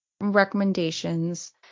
recommendations